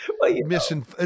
missing